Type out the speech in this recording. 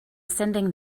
sending